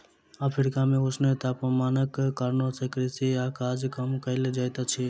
Africa मे ऊष्ण तापमानक कारणेँ कृषि काज कम कयल जाइत अछि